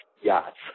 yachts